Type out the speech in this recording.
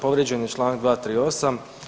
Povrijeđen je članak 238.